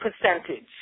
percentage